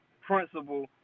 principle